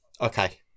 okay